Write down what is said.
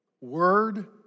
Word